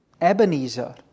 Ebenezer